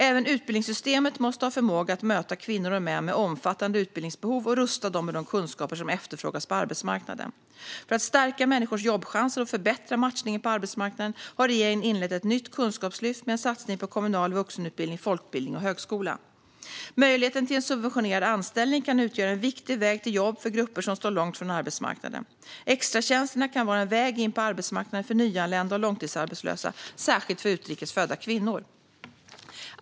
Även utbildningssystemet måste ha förmåga att möta kvinnor och män med omfattande utbildningsbehov och rusta dem med de kunskaper som efterfrågas på arbetsmarknaden. För att stärka människors jobbchanser och förbättra matchningen på arbetsmarknaden har regeringen inlett ett nytt kunskapslyft med en satsning på kommunal vuxenutbildning, folkbildning och högskola. Möjligheten till en subventionerad anställning kan utgöra en viktig väg till jobb för grupper som står långt ifrån arbetsmarknaden. Extratjänsterna kan vara en väg in på arbetsmarknaden för nyanlända och långtidsarbetslösa, särskilt för utrikes födda kvinnor.